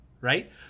right